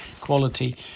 quality